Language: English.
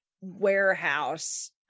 warehouse